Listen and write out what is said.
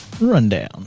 Rundown